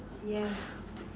yeah